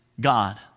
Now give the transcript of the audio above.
God